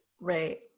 right